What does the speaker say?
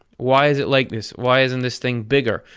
why is it like this? why isn't this thing bigger?